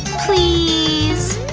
please!